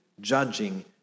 judging